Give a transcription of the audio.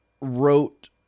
wrote